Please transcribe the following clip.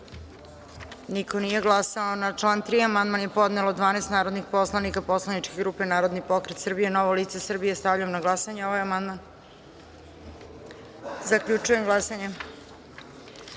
za – niko. Na član 3. amandman je podnelo 12 narodnih poslanika poslaničke grupe Narodni pokret Srbije – Novo lice Srbije. Stavljam na glasanje ovaj amandman. Zaključujem glasanje: